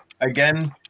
Again